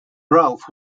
ralph